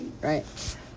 Right